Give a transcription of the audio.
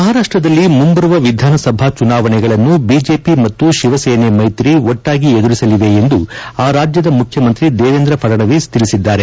ಮಹಾರಾಷ್ಟ್ದಲ್ಲಿ ಮುಂಬರುವ ವಿಧಾನಸಭಾ ಚುನಾವಣೆಗಳನ್ನು ಬಿಜೆಪಿ ಮತ್ತು ಶಿವಸೇನೆ ಮೈತ್ರಿ ಒಟ್ಟಾಗಿ ಎದುರಿಸಲಿವೆ ಎಂದು ಆ ರಾಜ್ಯದ ಮುಖ್ಯಮಂತ್ರಿ ದೇವೇಂದ್ರ ಫಡ್ನವೀಸ್ ತಿಳಿಸಿದ್ದಾರೆ